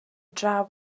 draw